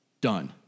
Done